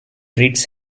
treats